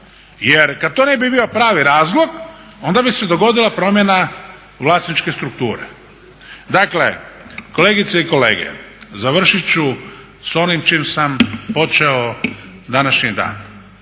Jer kad to ne bi bio pravi razlog, onda bi se dogodila promjena vlasničke strukture. Dakle, kolegice i kolege, završit ću s onim s čim sa počeo današnji dan.